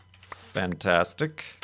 fantastic